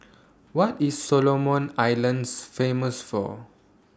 What IS Solomon Islands Famous For